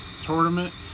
tournament